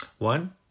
One